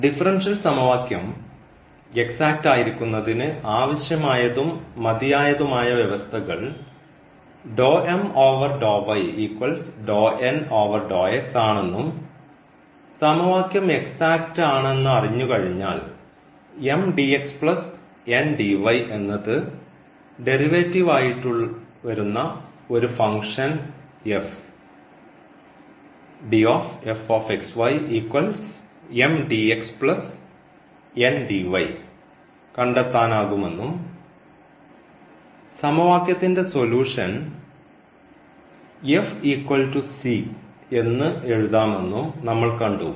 differential സമവാക്യം exact ആയിരിക്കുന്നതിന് ആവശ്യമായതും മതിയായതുമായ വ്യവസ്ഥകൾ ആണെന്നും സമവാക്യം എക്സാക്റ്റ് ആണെന്ന് അറിഞ്ഞുകഴിഞ്ഞാൽ എന്നത് ഡെറിവേറ്റീവ്ആയിട്ട് വരുന്ന ഒരു ഫംഗ്ഷൻ കണ്ടെത്താനാകുമെന്നും സമവാക്യത്തിൻറെ സൊല്യൂഷൻ എന്ന് എഴുതാമെന്നും നമ്മൾ കണ്ടു